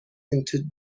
into